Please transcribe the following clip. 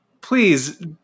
please